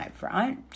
right